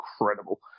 incredible